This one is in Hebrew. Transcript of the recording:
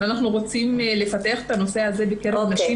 אנחנו רוצים לפתח את הנושא הזה בקרב נשים